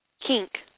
kink